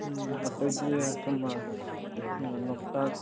ꯑꯇꯩꯗꯤ ꯑꯁꯨꯝꯕ ꯂꯣꯛꯇꯥꯛ